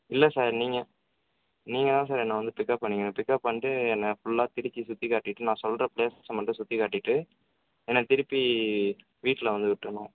இல்லை சார் நீங்கள் நீங்கள் தான் சார் என்ன வந்து பிக்கப் பண்ணிக்கனும் பிக்கப் பண்ணிவிட்டு என்ன ஃபுல்லாக திருச்சி சுற்றி காட்டிவிட்டு நான் சொல்கிற பிளேசஸ் மட்டும் சுற்றி காட்டிவிட்டு என்ன திருப்பி வீட்டில் வந்து விட்டுருணும்